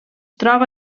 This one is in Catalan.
troba